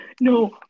No